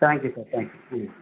thank you sir thanks ம்